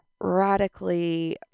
radically